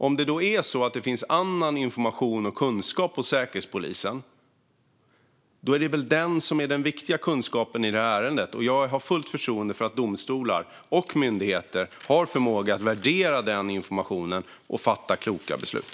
Om det är så att det finns annan information och kunskap hos Säkerhetspolisen är det väl den som är den viktiga kunskapen i ärendet. Jag har fullt förtroende för att domstolar och myndigheter har förmåga att värdera den informationen och fatta kloka beslut.